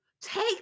take